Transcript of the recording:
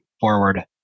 forward